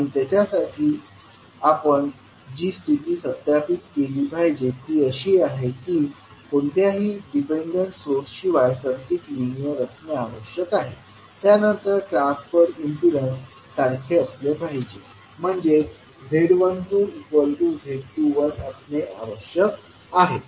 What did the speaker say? आणि त्यासाठी आपण जी स्थिती सत्यापित केली पाहिजे ती अशी आहे की कोणत्याही डिपेंडंट सोर्स शिवाय सर्किट लिनियर असणे आवश्यक आहे त्यानंतर ट्रान्सफर इम्पीडन्स सारखे असले पाहिजेत म्हणजेच z12 z21 असणे आवश्यक आहे